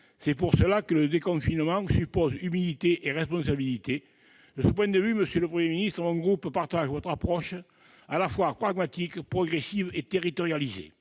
action collective. Le déconfinement suppose donc humilité et responsabilité. De ce point de vue, monsieur le Premier ministre, mon groupe partage votre approche à la fois pragmatique, progressive et territorialisée.